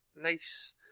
Nice